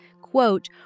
quote